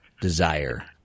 desire